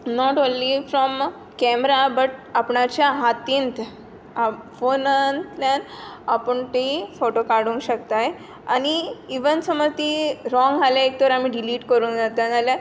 note only from camera but आपणाच्या हातींत फोनांतल्यान आपूण तीं फोटो काडूंक शकताय आनी इवन समज तीं रोंग आसल्यार आमी डिलीट करूंक जाता ना जाल्यार